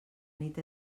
nit